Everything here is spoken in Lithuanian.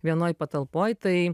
vienoj patalpoj tai